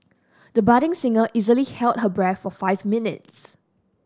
the budding singer easily held her breath for five minutes